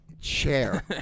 Chair